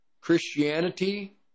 Christianity